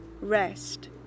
rest